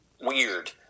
weird